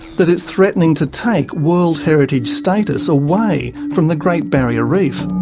that it's threatening to take world heritage status away from the great barrier reef.